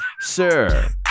Sir